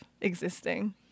existing